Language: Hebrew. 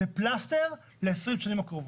זה פלסטר ל 20 השנים הקרובות.